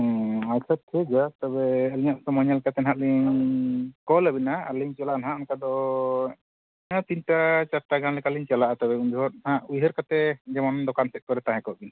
ᱦᱮᱸ ᱟᱪᱪᱷᱟ ᱴᱷᱤᱠ ᱜᱮᱭᱟ ᱛᱚᱵᱮ ᱟᱹᱞᱤᱧᱟᱜ ᱥᱚᱢᱚᱭ ᱧᱮᱞ ᱠᱟᱛᱮᱫ ᱦᱟᱸᱜ ᱞᱤᱧ ᱠᱚᱞ ᱟᱹᱵᱤᱱᱟ ᱟᱨᱞᱤᱧ ᱪᱟᱞᱟᱜᱼᱟ ᱦᱟᱸᱜ ᱚᱱᱠᱟ ᱫᱚ ᱛᱤᱱᱴᱟ ᱪᱟᱨᱴᱟ ᱜᱟᱱ ᱞᱮᱠᱟᱞᱤᱧ ᱪᱟᱞᱟᱜᱼᱟ ᱛᱚᱵᱮ ᱩᱱ ᱡᱚᱦᱚᱜ ᱦᱟᱸᱜ ᱩᱭᱦᱟᱹᱨ ᱠᱟᱛᱮᱫ ᱡᱮᱢᱚᱱ ᱫᱚᱠᱟᱱ ᱥᱮᱫ ᱠᱚᱨᱮᱜ ᱛᱟᱦᱮᱸ ᱠᱚᱜ ᱵᱤᱱ